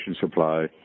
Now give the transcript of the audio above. supply